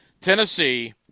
Tennessee